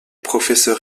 professeur